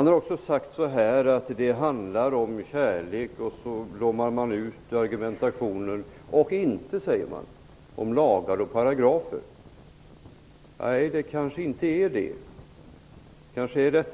har sagts att det handlar om kärlek och inte om lagar och paragrafer. Det kanske är så.